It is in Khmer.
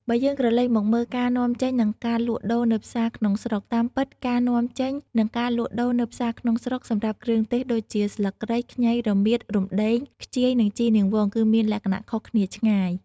បើយើងក្រលេកមកមើលការនាំចេញនិងការលក់ដូរនៅផ្សារក្នុងស្រុក តាមពិត ការនាំចេញ និងការលក់ដូរនៅផ្សារក្នុងស្រុកសម្រាប់គ្រឿងទេសដូចជាស្លឹកគ្រៃ ខ្ញី រមៀត រំដេង ខ្ជាយ និងជីរនាងវង គឺមានលក្ខណៈខុសគ្នាឆ្ងាយ។